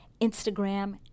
Instagram